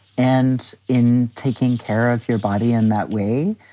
and in taking care of your body in that way,